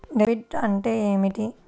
Debit అంటే ఏమిటి?